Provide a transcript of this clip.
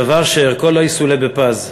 דבר שערכו לא יסולא בפז.